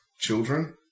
Children